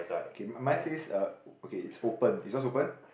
okay my mine says uh okay it's open is yours open